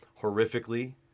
horrifically